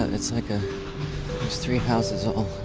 ah it's like a three houses all